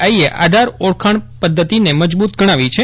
આઈએ આધાર ઓળખાણ પદ્વતિ ને મજબૂત ગણાવી છે